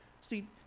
See